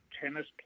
tennis